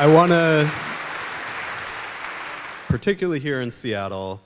i want to particularly here in seattle